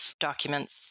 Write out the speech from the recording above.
documents